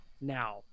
now